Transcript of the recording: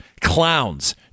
clowns